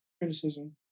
criticism